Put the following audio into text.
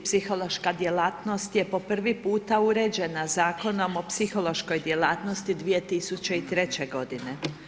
Psihološka djelatnost je po prvi puta uređena Zakonom o psihološkoj djelatnosti 2003.-će godine.